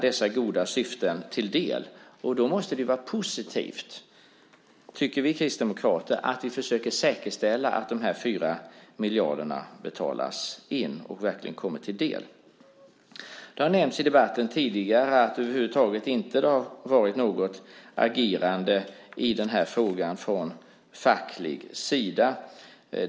Då måste det vara positivt, tycker vi kristdemokrater, att vi försöker säkerställa att dessa 4 miljarder betalas in och verkligen kommer statskassan till del. Det har tidigare sagts i debatten att det över huvud taget inte har skett något agerande i den här frågan från facklig sida.